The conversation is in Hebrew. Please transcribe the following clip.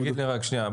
תגיד לי רק שנייה,